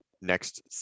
next